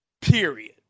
period